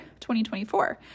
2024